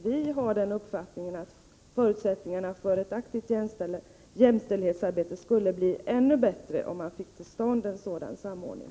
Vi har den uppfattningen att förutsättningarna för ett aktivt jämställdhetsarbete skulle bli ännu bättre, om man fick till stånd en sådan samordning.